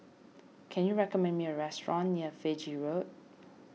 can you recommend me a restaurant near Fiji Road